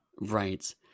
Right